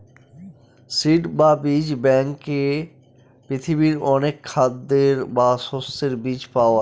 seed বা বীজ ব্যাঙ্কে পৃথিবীর অনেক খাদ্যের বা শস্যের বীজ পাওয়া যায়